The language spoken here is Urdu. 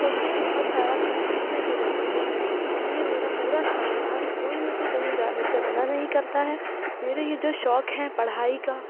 تو اُسے بہت سارا کچھ سیکھنے کو ملتا ہے اِس لیے میرا پورا خاندان کوئی مجھے کہیں جانے سے منع نہیں کرتا ہے میرے یہ جو شوق ہے پڑھائی کا